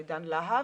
דן להב.